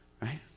right